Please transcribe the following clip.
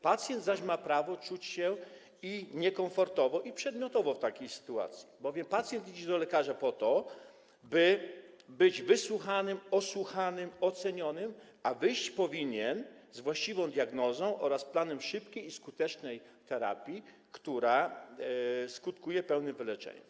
Pacjent zaś ma prawo czuć się i niekomfortowo, i przedmiotowo w takiej sytuacji, bowiem idzie do lekarza po to, by być wysłuchanym, osłuchanym, ocenionym, i powinien wyjść z właściwą diagnozą oraz planem szybkiej i skutecznej terapii, która skutkuje pełnym wyleczeniem.